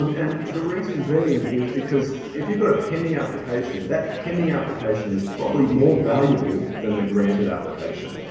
um and the reason being is because if you got a pending application, that pending application is probably more valuable than the granted application.